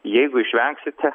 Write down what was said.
jeigu išvengsite